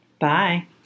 Bye